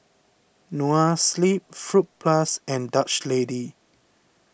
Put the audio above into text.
Noa Sleep Fruit Plus and Dutch Lady